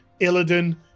Illidan